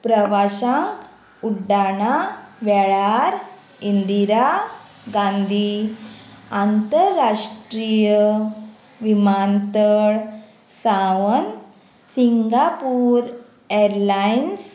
प्रवाशांक उड्डाणा वेळार इंदिरा गांधी आंतरराष्ट्रीय विमानतळ सावन सिंगापूर एरलायन्स